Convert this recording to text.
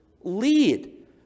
lead